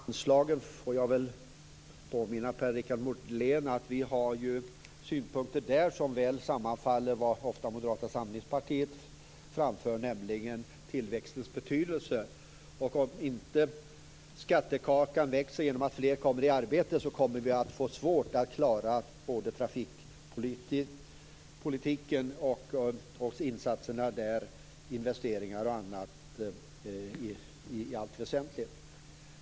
Fru talman! När det gäller anslagen vill jag påminna Per-Richard Molén om att vi där har synpunkter som väl sammanfaller med dem som Moderata samlingspartiet ofta framhåller, nämligen om tillväxtens betydelse. Om inte skattekakan växer genom att fler kommer i arbete kommer vi att få svårt att klara både trafikpolitiken och investeringarna på det området.